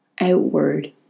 outward